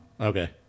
okay